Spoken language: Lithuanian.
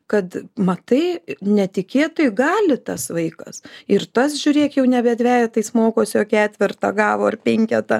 kad matai netikėtai gali tas vaikas ir tas žiūrėk jau nebe dvejetais mokosi o ketvertą gavo ar penketą